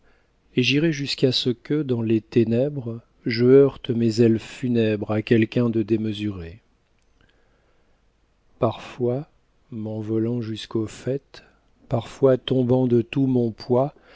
et j'irai jusqu'à ce que dans les ténèbres je heurte mes ailes funèbres à quelqu'un de démesuré parfois m'envolant jusqu'au faîte parfois tombant de tout mon poids